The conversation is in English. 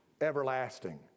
everlasting